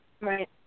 Right